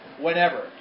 whenever